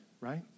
right